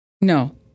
No